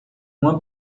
uma